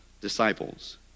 disciples